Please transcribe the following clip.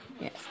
yes